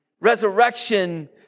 Resurrection